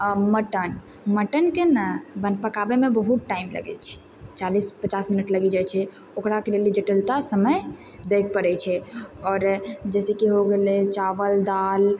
mutton मटनके ने बन पकाबैमे बहुत टाइम लगै छै चालिस पचास मिनट लागि जाइ छै ओकराके लेल जटिलता समय दैके पड़ै छै आओर जाहिसे कि हो गेलै चावल दाल